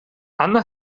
anna